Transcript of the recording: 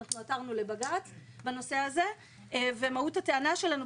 אנחנו עתרנו לבג"ץ בנושא הזה; מהות הטענה שלנו,